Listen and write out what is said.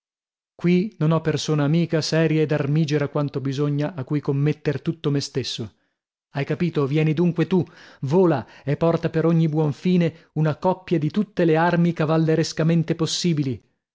qui non ho persona amica seria ed armigera quanto bisogna a cui commetter tutto me stesso hai capito vieni dunque tu vola e porta per ogni buon fine una coppia di tutte le armi cavallerescamente possibili